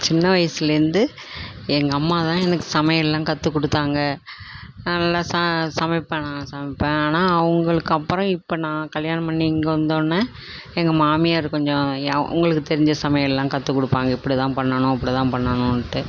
சின்ன வயசுலேருந்து எங்கள் அம்மா தான் எனக்கு சமையலெல்லாம் கற்றுக் கொடுத்தாங்க நல்லா சா சமைப்பேன் நான் சமைப்பேன் ஆனால் அவங்களுக்கப்பறோம் இப்போ நான் கல்யாணம் பண்ணி இங்கே வந்தொடன்னே எங்கள் மாமியார் கொஞ்சம் யா அவங்களுக்கு தெரிஞ்ச சமையலெல்லாம் கற்றுக் கொடுப்பாங்க இப்படி தான் பண்ணனும் இப்படி தான் பண்ணனுன்ட்டு